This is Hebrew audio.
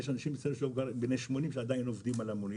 אפילו בני 80 שעדיין עובדים במונית.